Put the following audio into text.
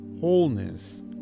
wholeness